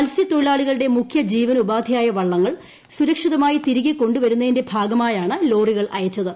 മത്സ്യത്തൊഴിലാളികളുടെ മുഖ്യജീവനോപാധിയായ വള്ളങ്ങൾ സുരക്ഷിതമായി തിരികെ കൊണ്ടു വരുന്നതിന്റെ ഭാഗമായാണ് ലോറികൾ അയച്ചത്